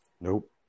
Nope